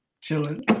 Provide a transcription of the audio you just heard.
chilling